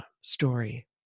story